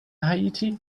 haiti